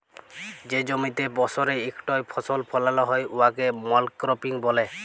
যে জমিতে বসরে ইকটই ফসল ফলাল হ্যয় উয়াকে মলক্রপিং ব্যলে